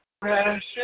Precious